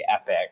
epic